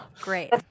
great